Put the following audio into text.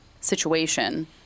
situation